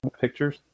Pictures